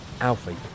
Alfie